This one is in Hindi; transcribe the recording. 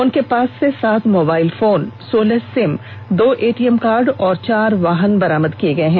उनके पास से सात मोबाईल फोन सोलह सिम दो एटीएम कार्ड और चार वाहन बरामद किये गये हैं